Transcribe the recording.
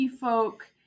folk